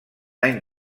any